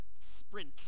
sprint